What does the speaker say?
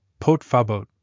potfabot